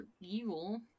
evil